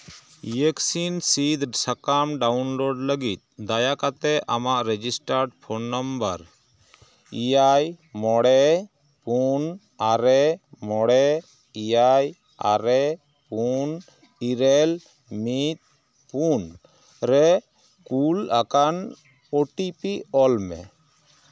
ᱤᱭᱮᱠᱥᱤᱱ ᱥᱤᱫᱽ ᱥᱟᱠᱟᱢ ᱰᱟᱣᱩᱱᱞᱳᱰ ᱞᱟᱹᱜᱤᱫ ᱫᱟᱭᱟ ᱠᱟᱛᱮᱫ ᱟᱢᱟᱜ ᱨᱮᱡᱤᱥᱴᱟᱨ ᱯᱷᱳᱱ ᱱᱟᱢᱵᱟᱨ ᱮᱭᱟᱭ ᱢᱚᱬᱮ ᱯᱩᱱ ᱟᱨᱮ ᱢᱚᱬᱮ ᱮᱭᱟᱭ ᱟᱨᱮ ᱯᱩᱱ ᱤᱨᱟᱹᱞ ᱢᱤᱫ ᱯᱩᱱ ᱨᱮ ᱠᱩᱞ ᱟᱠᱟᱱ ᱳᱴᱤᱯᱤ ᱚᱞ ᱢᱮ